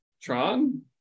Tron